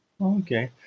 Okay